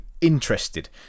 interested